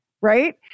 right